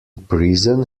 prison